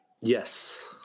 Yes